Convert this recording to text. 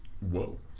Whoa